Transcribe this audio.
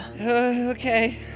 Okay